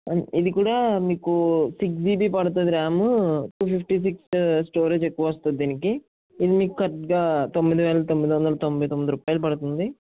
ఇది కూడా మీకు సిక్స్ జీబీ పడుతుంది RAM two fifty six storage ఎక్కువ వస్తుంది దీనికి ఇది మీకు కరక్ట్గా తొమ్మిది వేల తొమ్మిది వందల తొంబై తొమ్మిది రూపాయలు పడుతుంది